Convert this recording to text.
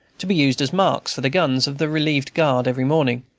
to be used as marks for the guns of the relieved guard every morning.